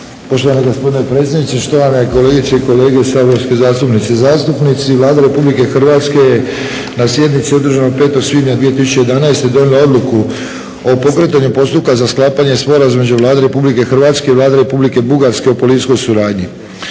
Poštovani gospodine predsjedniče, štovane kolegice i kolege saborske zastupnice i zastupnici. Vlada RH je na sjednici održanoj 5. svibnja 2011. donijela Odluku o pokretanju postupka za sklapanje Sporazuma između Vlade Republike Hrvatske i Vlade Republike Bugarske o policijskoj suradnji.